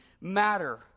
matter